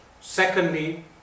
Secondly